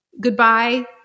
goodbye